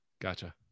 Gotcha